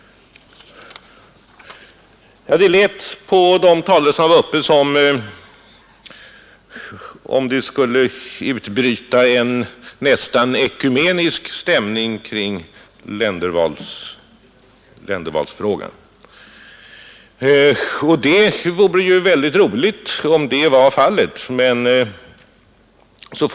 Det lät på de talare som var uppe som om det skulle utbryta en nästan ekumenisk stämning kring ländervalet, och det vore ju väldigt roligt om så var fallet.